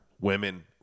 women